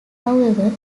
however